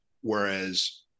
whereas